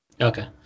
Okay